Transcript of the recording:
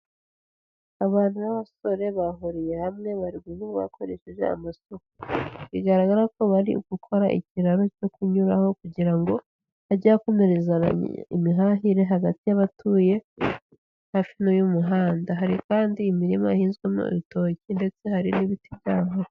Abantu b'abasore bahuriye hamwe bari kumwe bakoresheje amasuka, bigaragara ko bari gukora ikiraro cyo kunyuraho kugira ngo hajye hakomereza imihahire hagati y'abatuye hafi n'uyu muhanda, hari kandi imirima ihinzwemo ibitoki, ndetse hari n'ibiti bya voka.